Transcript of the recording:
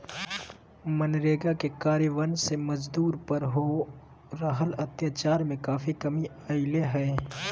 मनरेगा के कार्यान्वन से मजदूर पर हो रहल अत्याचार में काफी कमी अईले हें